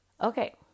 okay